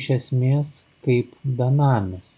iš esmės kaip benamis